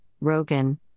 Rogan